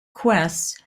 quests